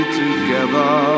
together